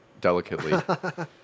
delicately